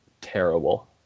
terrible